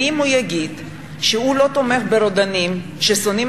ואם הוא יגיד שהוא לא תומך ברודנים ששונאים